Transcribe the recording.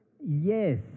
Yes